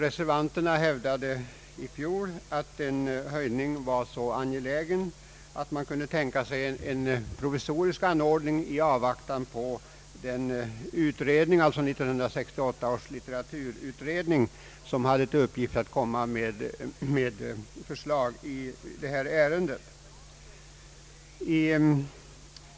Reservanterna hävdade i fjol att den höjningen var så angelägen att man kunde tänka sig en provisorisk anordning i avvaktan på 1968 års litteraturutredning som hade till uppgift att komma med förslag i detta ärende.